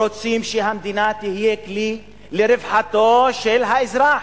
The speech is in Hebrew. רוצים שהמדינה תהיה כלי לרווחתו של האזרח.